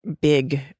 big